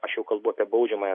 aš kalbu apie baudžiamąją